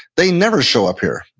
they never show up here.